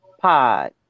pod